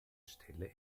stelle